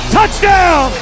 Touchdown